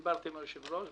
דיברתי עם היושב-ראש.